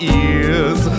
ears